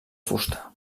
fusta